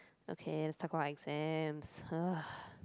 okay let's talk about exams ugh